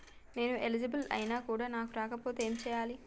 నేను ఎలిజిబుల్ ఐనా కూడా నాకు రాకపోతే ఏం చేయాలి?